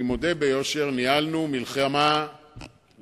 כן, אני מודה ביושר, ניהלנו מלחמה קשה,